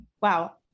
wow